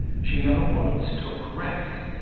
she never once took rest,